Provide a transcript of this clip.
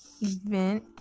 event